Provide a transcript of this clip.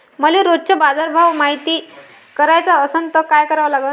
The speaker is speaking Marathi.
मले रोजचा बाजारभव मायती कराचा असन त काय करा लागन?